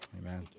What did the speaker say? Amen